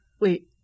wait